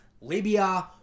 Libya